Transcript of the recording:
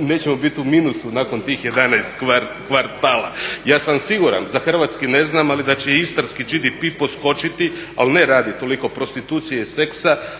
nećemo biti u minusu nakon tih 11 kvartala. Ja sam siguran, za hrvatski ne znam, ali da će istarski BDP poskočiti, ali ne radi tolik prostitucije i seksa